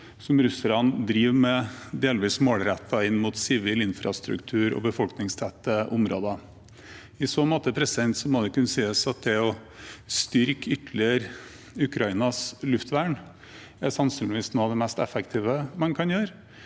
som russerne driver med, delvis målrettet mot sivil infrastruktur og befolkningstette områder. I så måte må det kunne sies at det å styrke Ukrainas luftvern ytterligere sannsynligvis er noe av det mest effektive man kan gjøre,